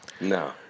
No